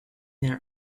their